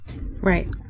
right